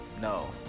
No